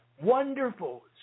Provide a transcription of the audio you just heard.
wonderful